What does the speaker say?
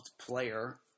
player